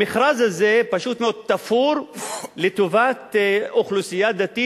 המכרז הזה, פשוט מאוד, תפור לטובת אוכלוסייה דתית,